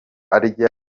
arya